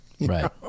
Right